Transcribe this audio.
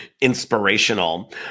inspirational